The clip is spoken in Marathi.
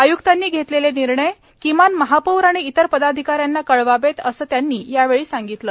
आय्क्तांनी घेतलेले निर्णय हा किमान महापौर आणि इतर पदाधिका यांना कळवावेत असे त्यांनी यावेळी सांगितले